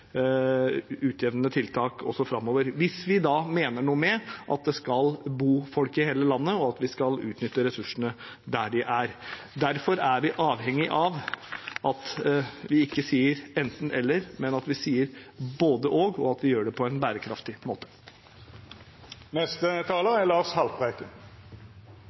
utjevnende tiltak også framover – hvis vi da mener noe med at det skal bo folk i hele landet, og at vi skal utnytte ressursene der de er. Derfor er vi avhengig av at vi ikke sier enten–eller, men at vi sier både–og, og at vi gjør det på en bærekraftig måte.